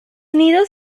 nidos